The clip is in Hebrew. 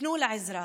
פנו לעזרה.